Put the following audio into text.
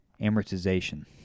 Amortization